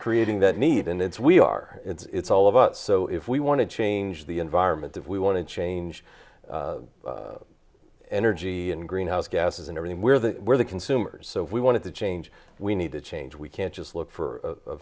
creating that need and it's we are it's all about so if we want to change the environment if we want to change energy and greenhouse gases and everything we're the we're the consumers so if we wanted to change we need to change we can't just look for